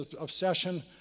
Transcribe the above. obsession